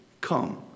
come